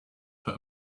put